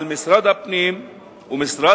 על משרד הפנים ומשרד